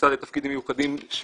המוסד לתפקידים מיוחדים,